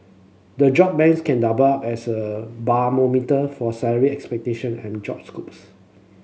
the job banks can up as a for salary expectation and job scopes